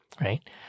right